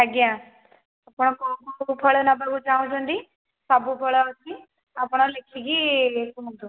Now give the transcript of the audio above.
ଆଜ୍ଞା ଆପଣ କେଉଁ କେଉଁ ଫଳ ନେବାକୁ ଚାହୁଁଛନ୍ତି ସବୁ ଫଳ ଅଛି ଆପଣ ଲେଖିକି କୁହନ୍ତୁ